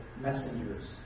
messengers